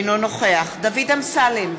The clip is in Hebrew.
אינו נוכח דוד אמסלם,